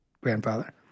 grandfather